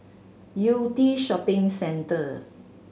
Yew Tee Shopping Centre